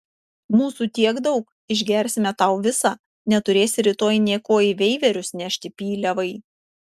mūsų tiek daug išgersime tau visą neturėsi rytoj nė ko į veiverius nešti pyliavai